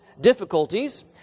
difficulties